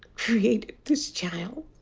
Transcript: created this child.